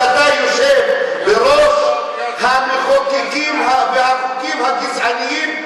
עצם העובדה שאתה יושב בראש המחוקקים והחוקים הגזעניים,